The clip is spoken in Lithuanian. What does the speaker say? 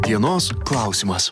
dienos klausimas